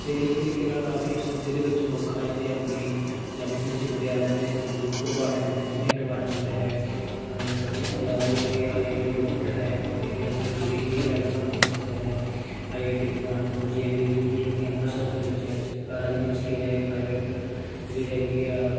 ਅਤੇ ਇਸ ਤਰੀਕੇ ਨਾਲ ਕਾਫੀ ਇਹ ਸਨ ਜਿਹਦੇ ਵਿੱਚ ਮੁੱਖ ਆ ਜਾਂਦੀ ਆ ਆਪਣੀ ਪੰਜਾਬੀ ਯੂਨੀਵਰਸਿਟੀ ਪਟਿਆਲਾ ਆ ਜਾਂਦੀ ਇੱਥੋਂ ਯੂਕਡ ਡਿਪਾਰਟਮੈਂਟ ਹੈ ਇੰਜਨੀਅਰਿੰਗ ਡਿਪਾਰਟਮੈਂਟ ਹੈ ਇਸ ਤੋਂ ਇਲਾਵਾ ਜਿਹੜੀ ਹੈਗੀ ਆ ਆਈ ਆਈ ਟੀ ਰੋਪੜ ਹੈ ਇਹ ਆਪਣੇ ਪੂਰੇ ਇੰਡੀਆ ਲੈਵਲ ਪਰ ਫੇਮਸ ਹੈ ਆਈ ਆਈ ਟੀ ਦੇ ਪੁਆਇੰਟ ਤੋਂ ਜੀ ਐੱਨ ਡੀ ਜਿਹੜੀ ਹੈਗੀ ਆ ਅੰਮ੍ਰਿਤਸਰ ਦੇ ਵਿੱਚ ਹੈ ਚਿਤਕਾਰਾ ਯੂਨੀਵਰਸਿਟੀ ਹੈ ਇਹ ਪ੍ਰਾਈਵੇਟ ਜਿਹੜੀ ਹੈਗੀ ਆ